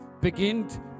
beginnt